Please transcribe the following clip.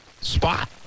spot